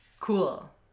Cool